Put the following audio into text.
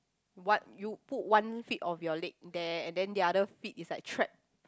what you put one feet of your leg there and then the other feet is like trapped